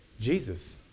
Jesus